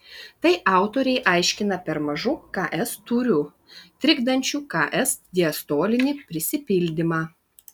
tai autoriai aiškina per mažu ks tūriu trikdančiu ks diastolinį prisipildymą